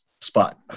spot